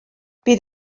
bydd